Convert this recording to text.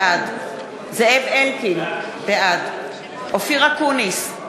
בעד זאב אלקין, בעד אופיר אקוניס,